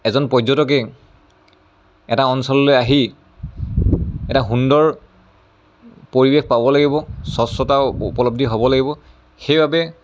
এজন পৰ্যটকে এটা অঞ্চললৈ আহি এটা সুন্দৰ পৰিৱেশ পাব লাগিব স্বচ্ছতা উপলব্ধি হ'ব লাগিব সেইবাবে